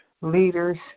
leaders